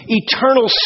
eternal